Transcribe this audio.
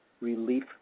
relief